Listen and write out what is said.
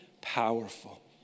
powerful